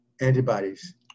antibodies